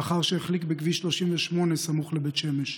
לאחר שהחליק בכביש 38 סמוך לבית שמש,